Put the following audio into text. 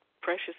precious